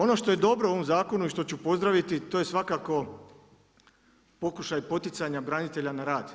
Ono što je dobro u ovom zakonu i što ću pozdraviti, to je svakako pokušaj poticanja branitelja na rad.